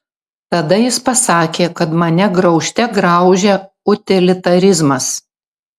tada jis pasakė kad mane graužte graužia utilitarizmas